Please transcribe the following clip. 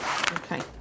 Okay